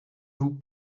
vous